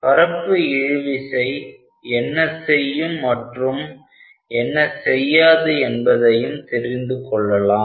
பரப்பு இழு விசை என்ன செய்யும் மற்றும் என்ன செய்யாது என்பதையும் தெரிந்துகொள்ளலாம்